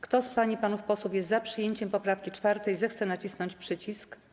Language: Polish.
Kto z pań i panów posłów jest za przyjęciem poprawki 4., zechce nacisnąć przycisk.